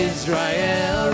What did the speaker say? Israel